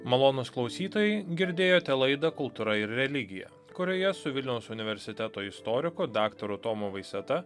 malonūs klausytojai girdėjote laida kultūra ir religija kurioje su vilniaus universiteto istoriko daktaru tomu vaiseta